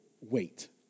wait